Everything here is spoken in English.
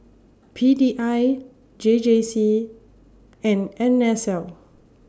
P D I J J C and N S L